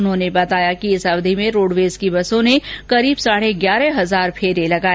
उन्होंने बतााया कि इस अवधि में रोडवेज की बसों ने करीब साढे ग्यारह हजार फेरे लगाए